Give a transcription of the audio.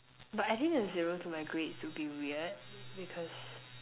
but adding a zero to my grades would be weird because